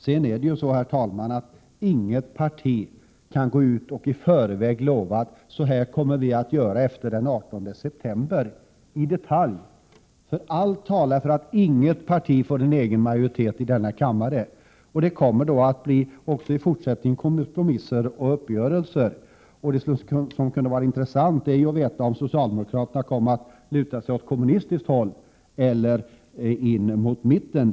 Sedan kan ju, fru talman, inget parti gå ut och i förväg lova i detalj att så här kommer man att göra efter den 18 september. Allt talar för att inget parti får en egen majoritet i denna kammare. Det kommer att bli även i fortsättningen kompromisser och uppgörelser. Det skulle vara intressant att få veta om socialdemokraterna kommer att luta sig åt kommunistiskt håll eller mot mitten.